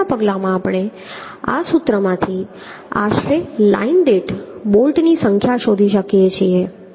આગળના પગલામાં આપણે આ સૂત્રમાંથી આશરે લાઇન દીઠ બોલ્ટની સંખ્યા શોધી શકીએ છીએ